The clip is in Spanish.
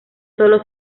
sólo